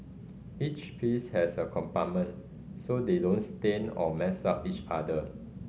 each piece has a compartment so they don't stain or mess up each other